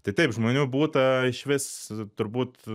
tai taip žmonių būta išvis turbūt